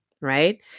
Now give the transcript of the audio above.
right